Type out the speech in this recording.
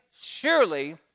surely